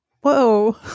Whoa